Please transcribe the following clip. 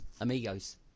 Amigos